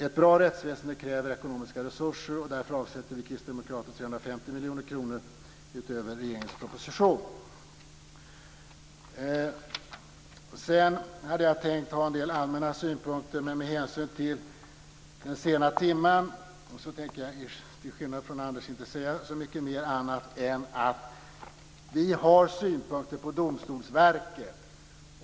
Ett bra rättsväsende kräver ekonomiska resurser. Därför avsätter vi kristdemokrater 350 miljoner kronor utöver regeringens proposition. Sedan hade jag tänkt att lägga fram en del allmänna synpunkter, men med hänsyn till den sena timmen tänker jag, till skillnad från Anders G Högmark, inte säga så mycket mer än att vi har synpunkter på Domstolsverket.